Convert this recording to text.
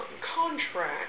contract